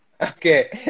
okay